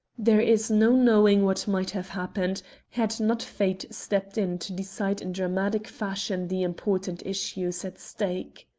there is no knowing what might have happened had not fate stepped in to decide in dramatic fashion the important issues at stake.